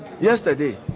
yesterday